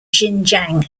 xinjiang